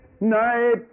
night